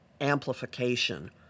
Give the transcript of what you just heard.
amplification